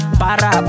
para